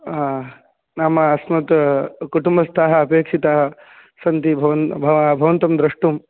नाम अस्मत् कुटुम्बस्थाः अपेक्षिताः सन्ति भवन् भवा भवन्तं द्रष्टुं